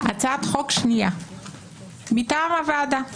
הצעת חוק שנייה מטעם הוועדה שאומרת: